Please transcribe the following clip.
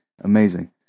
amazing